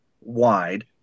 wide